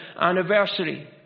anniversary